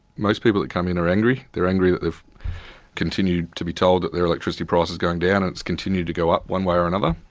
most people that come in are angry, they're angry that they've continued to be told that their electricity price is going down and it's continued to go up, one way or another,